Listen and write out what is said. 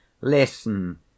Listen